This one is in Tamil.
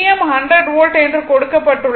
Vm 100 வோல்ட் என்று கொடுக்கப்பட்டுள்ளது